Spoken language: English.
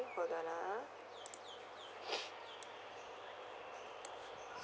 hold on ah